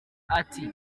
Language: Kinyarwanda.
ati